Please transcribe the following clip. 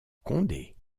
condé